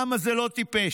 העם הזה לא טיפש.